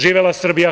Živela Srbija!